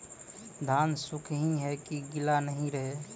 धान सुख ही है की गीला नहीं रहे?